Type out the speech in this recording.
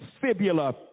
fibula